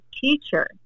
teacher